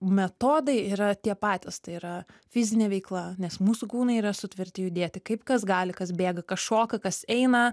metodai yra tie patys tai yra fizinė veikla nes mūsų kūnai yra sutverti judėti kaip kas gali kas bėga kas šoka kas eina